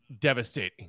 devastating